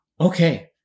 Okay